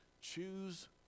Choose